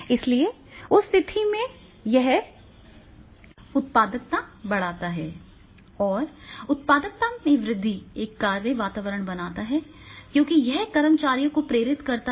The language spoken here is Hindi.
इसलिए उस स्थिति में यह उत्पादकता बढ़ाता है और उत्पादकता में वृद्धि एक कार्य वातावरण बनाता है क्योंकि यह कर्मचारियों को प्रेरित करता है